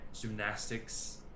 gymnastics